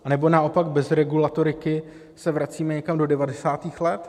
Nebo naopak bez regulatoriky se vracíme někam do devadesátých let.